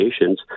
Nations